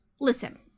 Listen